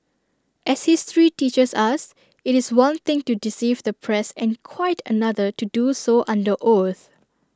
as history teaches us IT is one thing to deceive the press and quite another to do so under oath